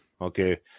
Okay